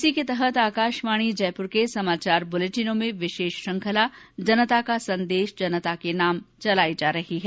इसी के तहत आकाशवाणी जयपुर के समाचार बुलेटिनों में विशेष श्रृंखला जनता का संदेश जनता के नाम चलाई जा रही है